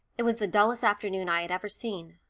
it was the dullest afternoon i had ever seen,